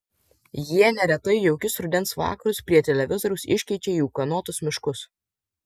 jie neretai jaukius rudens vakarus prie televizoriaus iškeičia į ūkanotus miškus